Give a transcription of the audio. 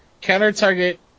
counter-target